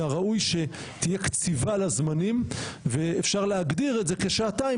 הראוי שתהיה קציבה לזמנים ואפשר להגדיר את זה כשעתיים,